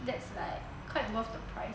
that's like quite worth the price